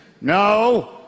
No